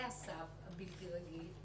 לאסף הבלתי רגיל,